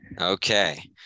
Okay